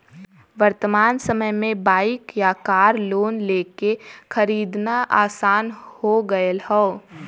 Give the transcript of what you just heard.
वर्तमान समय में बाइक या कार लोन लेके खरीदना आसान हो गयल हौ